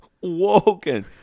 Woken